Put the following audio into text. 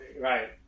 Right